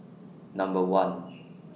Number one